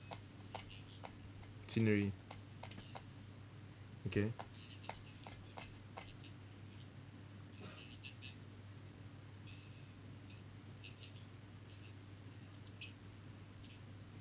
scenery okay